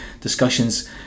discussions